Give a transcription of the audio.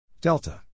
Delta